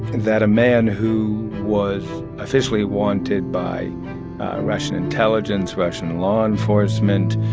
that a man who was officially wanted by russian intelligence, russian law enforcement,